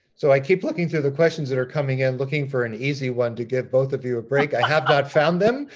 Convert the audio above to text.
so i keep looking through the questions that are coming in, looking for an easy one to give both of you a break. i have not found them!